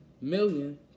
million